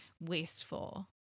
wasteful